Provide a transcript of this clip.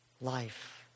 life